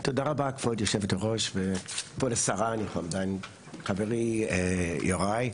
תודה רבה כבוד יושבת-הראש וכבוד השרה, חברי יוראי,